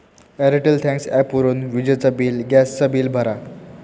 Airtel thanks ॲपवरून विजेचा bill, gas चा बिल भरा